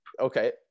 Okay